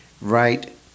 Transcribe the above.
right